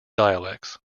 dialects